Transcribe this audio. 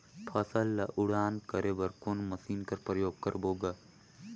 फसल ल उड़ान करे बर कोन मशीन कर प्रयोग करबो ग?